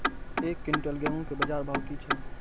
एक क्विंटल गेहूँ के बाजार भाव की छ?